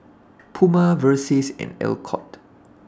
Puma Versace and Alcott